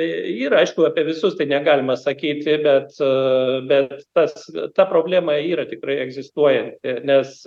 yra aišku apie visus tai negalima sakyti bet bet tas ta problema yra tikrai egzistuoja nes